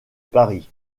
paris